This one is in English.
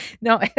No